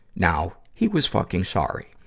now, he was fucking sorry.